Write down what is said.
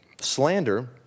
slander